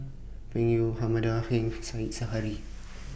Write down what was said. Peng Yu Hamanda Heng Said Zahari